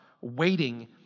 waiting